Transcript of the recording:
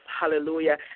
Hallelujah